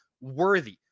Worthy